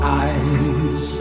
eyes